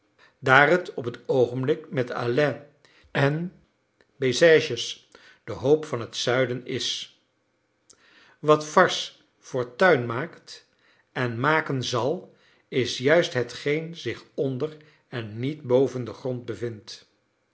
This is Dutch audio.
daar t op het oogenblik met alais en bességes de hoop van het zuiden is wat varses fortuin maakt en maken zal is juist hetgeen zich onder en niet boven den grond bevindt